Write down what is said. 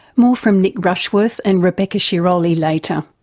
more from nick rushworth and rebecca sciroli later.